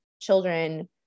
children